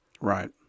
Right